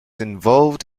involved